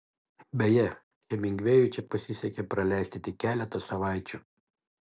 beje hemingvėjui čia pasisekė praleisti tik keletą savaičių